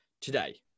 today